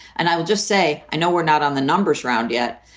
and i would just say, i know we're not on the numbers round yet.